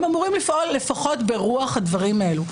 הם אמורים לפעול לפחות ברוח הדברים האלה.